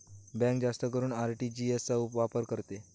bank जास्त करून RTGS चा वापर करते